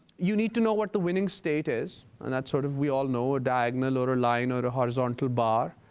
you need to know what the winning state is. and that's sort of we all know a diagonal or a line or a horizontal bar.